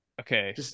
Okay